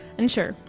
and sure,